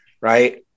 right